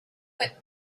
and